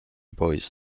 boys